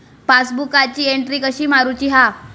पासबुकाची एन्ट्री कशी मारुची हा?